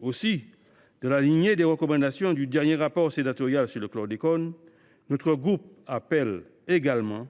Aussi, dans la lignée des recommandations du dernier rapport sénatorial sur le chlordécone, notre groupe appelle également